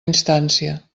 instància